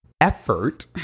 effort